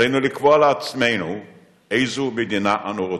עלינו לקבוע לעצמנו איזו מדינה אנו רוצים: